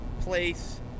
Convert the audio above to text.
place